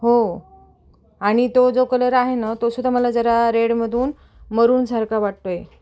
हो आणि तो जो कलर आहे न तो सुद्धा मला जरा रेडमधून मरून सारखा वाटतो आहे